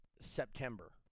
September